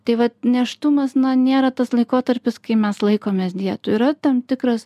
tai vat nėštumas nėra tas laikotarpis kai mes laikomės dietų yra tam tikras